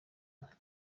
inka